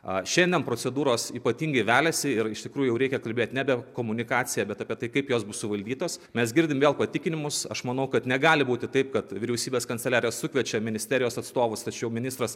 a šiandien procedūros ypatingai veliasi ir iš tikrųjų jau reikia kalbėt nebent komunikacija bet apie tai kaip jos bus suvaldytos mes girdim vėl patikinimus aš manau kad negali būti taip kad vyriausybės kanceliarija sukviečia ministerijos atstovus tačiau ministras